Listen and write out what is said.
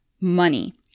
money